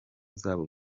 zabo